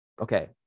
okay